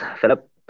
Philip